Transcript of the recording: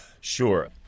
Sure